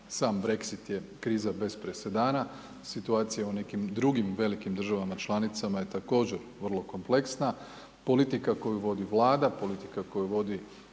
sam Brexit je kriza bez presedana. Situacija u nekim drugim velikim državama članicama je također vrlo kompleksna. Politika koju vodi Vlada, politika koju vodi